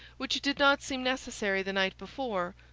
which did not seem necessary the night before,